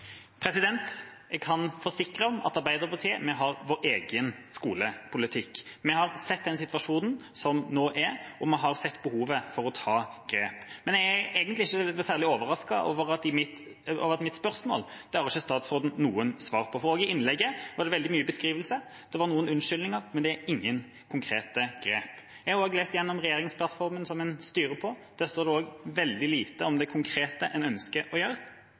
forutsigbarhet. Jeg kan forsikre om at vi i Arbeiderpartiet har vår egen skolepolitikk. Vi har sett den situasjonen som nå er, og vi har sett behovet for å ta grep. Men jeg er egentlig ikke særlig overrasket over at statsråden ikke hadde noe svar på mitt spørsmål. For i innlegget var det veldig mye beskrivelse, det var noen unnskyldninger, men det var ingen konkrete grep. Jeg har også lest igjennom regjeringsplattformen som en styrer på. Der står det også veldig lite om det konkrete en ønsker å gjøre.